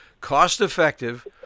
cost-effective